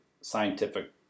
scientific